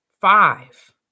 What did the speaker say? five